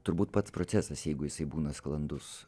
turbūt pats procesas jeigu jisai būna sklandus